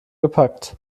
gepackt